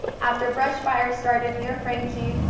after a brush fire started near frank g.